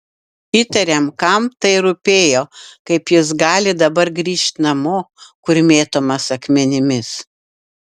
įtariam kam tai rūpėjo kaip jis gali dabar grįžt namo kur mėtomas akmenimis